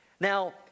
Now